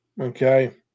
Okay